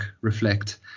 reflect